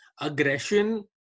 aggression